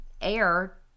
air